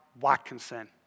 Watkinson